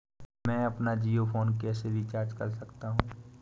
मैं अपना जियो फोन कैसे रिचार्ज कर सकता हूँ?